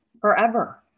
forever